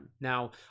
Now